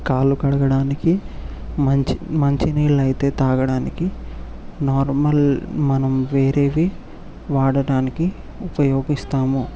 కళ్ళు కడగడానికి మంచి మంచినీళ్లు అయితే తాగడానికి నార్మల్ మనం వేరేవి వాడడానికి ఉపయోగిస్తాము